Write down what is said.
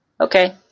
Okay